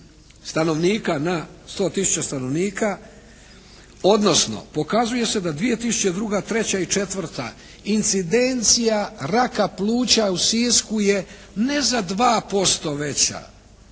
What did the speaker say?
stanovnika na 100 tisuća stanovnika, odnosno pokazuje se da 2002., 2003. i 2004. incidencija raka pluća u Sisku je ne za 2% veća,